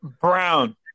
Brown